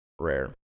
Rare